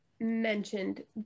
mentioned